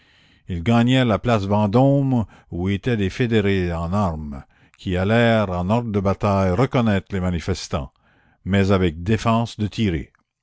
ils gagnèrent la place vendôme où étaient des fédérés en armes qui allèrent en ordre de bataille reconnaître les manifestants mais avec défense de